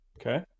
Okay